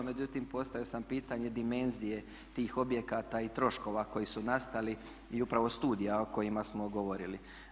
Međutim, postavio sam pitanje dimenzije tih objekata i troškova koji su nastali i upravo studija o kojima smo govorili.